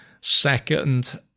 second